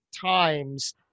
times